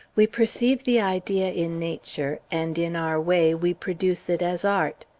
we perceive the idea in nature, and in our way we produce it as art.